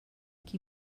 qui